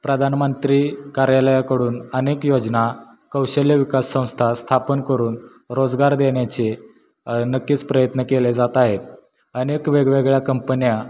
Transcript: प्रधानमंत्री कार्यालयाकडून अनेक योजना कौशल्य विकास संस्था स्थापन करून रोजगार देण्याचे नक्कीच प्रयत्न केले जात आहेत अनेक वेगवेगळ्या कंपन्या